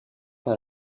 par